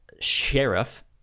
sheriff